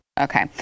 Okay